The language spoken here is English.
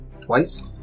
twice